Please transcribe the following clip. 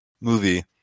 movie